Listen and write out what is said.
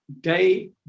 day